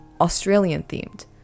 Australian-themed